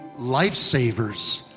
lifesavers